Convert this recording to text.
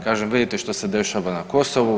Kažem vidite što se dešava na Kosovu.